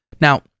Now